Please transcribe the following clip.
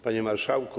Panie Marszałku!